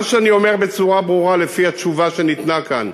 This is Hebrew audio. מה שאני אומר בצורה ברורה לפי התשובה שניתנה כאן,